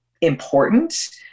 important